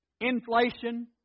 Inflation